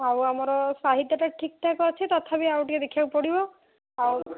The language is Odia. ଆଉ ଆମର ସାହିତ୍ୟଟା ଠିକ୍ଠାକ୍ ଅଛି ତଥାପି ଆଉ ଟିକିଏ ଦେଖିବାକୁ ପଡ଼ିବ ଆଉ